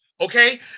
okay